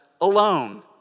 alone